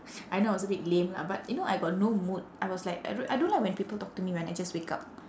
I know it's a bit lame lah but you know I got no mood I was like I don't I don't like when people talk to me when I just wake up